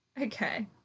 okay